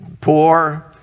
poor